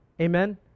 Amen